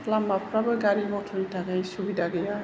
लामाफ्राबो गारि मटरनि थाखाय सुबिदा गैया